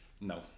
no